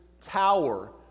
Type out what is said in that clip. tower